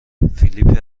فیلیپ